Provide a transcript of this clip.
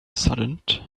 saddened